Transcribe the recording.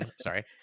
sorry